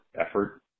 effort